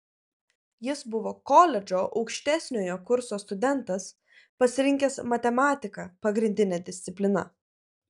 jis buvo koledžo aukštesniojo kurso studentas pasirinkęs matematiką pagrindine disciplina